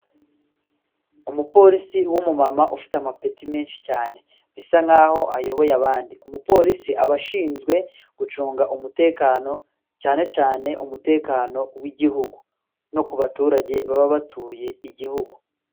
Umupolisi w'umumama ufite amapeti menshi cyane bisa nk'aho ayoboye abandi, umupolisi aba ashinzwe gucunga umutekano cyane cyane umutekano w'igihugu no ku baturage baba batuye igihugu.